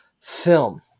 film